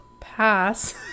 pass